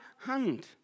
hand